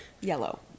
yellow